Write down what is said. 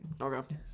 Okay